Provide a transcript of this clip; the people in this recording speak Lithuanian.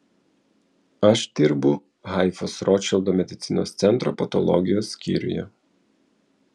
aš dirbu haifos rotšildo medicinos centro patologijos skyriuje